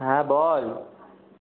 হ্যাঁ বল